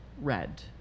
red